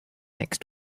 next